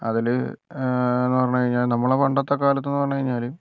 അതില് എന്ന് പറഞ്ഞു കഴിഞ്ഞാൽ നമ്മളുടെ പണ്ടത്തെ കാലത്ത് എന്ന് പറഞ്ഞു കഴിഞ്ഞാൽ